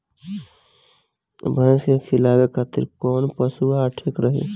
भैंस के खिलावे खातिर कोवन पशु आहार ठीक रही?